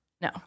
No